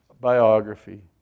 biography